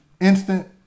instant